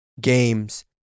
games